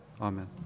Amen